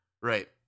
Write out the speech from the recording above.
Right